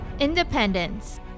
Independence